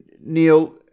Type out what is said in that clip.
Neil